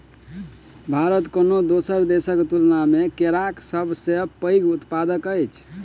भारत कोनो दोसर देसक तुलना मे केराक सबसे पैघ उत्पादक अछि